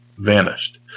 Vanished